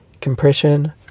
compression